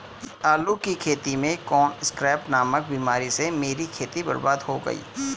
आलू की खेती में कॉमन स्कैब नामक बीमारी से मेरी खेती बर्बाद हो गई